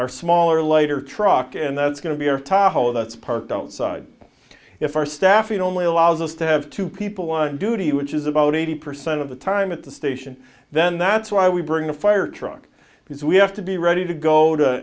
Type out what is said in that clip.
our smaller light truck and that's going to be a top hole that's parked outside if our staffing only allows us to have two people one duty which is about eighty percent of the time at the station then that's why we bring a fire truck because we have to be ready to go to